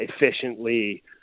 efficiently